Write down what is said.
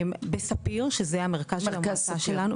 בספיר שזה המרכז של המועצה שלנו.